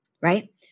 right